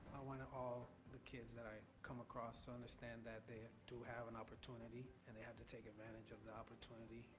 i want all the kids that i come across to understand that they have to have an opportunity and they have to take advantage of the opportunity,